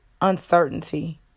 uncertainty